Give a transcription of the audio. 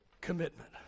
Commitment